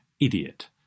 idiot